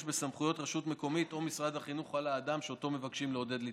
בסמכויות רשות מקומית או משרד החינוך על האדם שאותו מבקשים לעודד להתחסן.